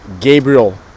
Gabriel